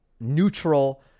neutral